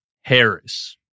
Harris